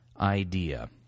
idea